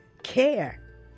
care